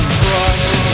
trust